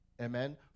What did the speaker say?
Amen